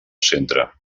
centre